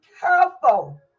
careful